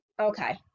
okay